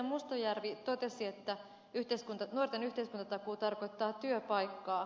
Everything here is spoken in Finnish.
mustajärvi totesi että nuorten yhteiskuntatakuu tarkoittaa työpaikkaa